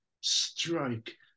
strike